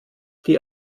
die